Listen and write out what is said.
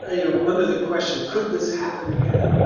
ah you know under the question, could this happen again,